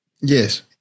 Yes